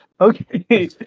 Okay